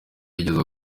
yigeze